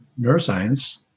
neuroscience